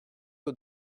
aux